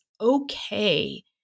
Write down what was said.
okay